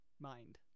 mind